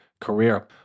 career